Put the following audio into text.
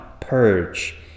purge